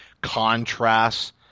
contrasts